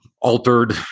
altered